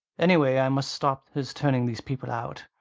anyway i must stop his turning these people out.